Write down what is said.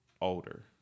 older